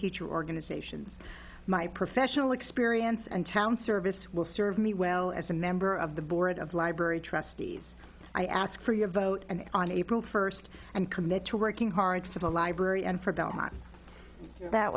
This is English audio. teacher organizations my professional experience and town service will serve me well as a member of the board of library trustees i ask for your vote and on april first and commit to working hard for the library and